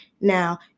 Now